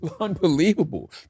unbelievable